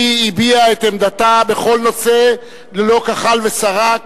היא הביעה את עמדתה בכל נושא ללא כחל ושרק,